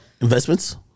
Investments